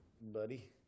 Buddy